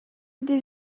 this